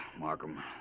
Markham